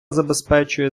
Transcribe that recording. забезпечує